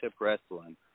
Wrestling